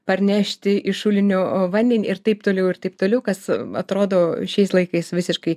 parnešti iš šulinio vandenį ir taip toliau ir taip toliau kas atrodo šiais laikais visiškai